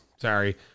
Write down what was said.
sorry